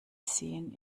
sehen